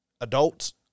adults